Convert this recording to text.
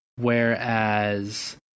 Whereas